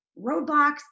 roadblocks